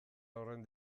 horren